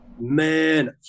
man